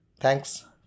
Thanks